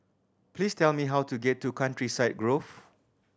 please tell me how to get to Countryside Grove